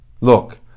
Look